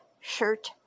shirt